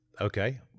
Okay